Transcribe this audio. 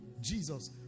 jesus